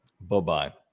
Bye-bye